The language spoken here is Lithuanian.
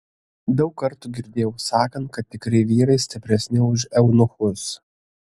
daug kartų girdėjau sakant kad tikri vyrai stipresni už eunuchus